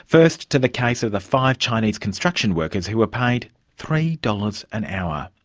first to the case of the five chinese construction workers who were paid three dollars an hour.